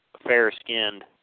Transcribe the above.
fair-skinned